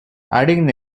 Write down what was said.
adding